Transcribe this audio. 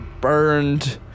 burned